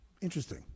Interesting